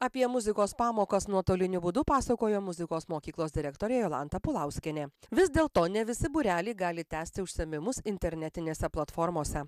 apie muzikos pamokas nuotoliniu būdu pasakojo muzikos mokyklos direktorė jolanta pulauskienė vis dėlto ne visi būreliai gali tęsti užsiėmimus internetinėse platformose